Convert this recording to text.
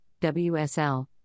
WSL